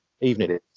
Evening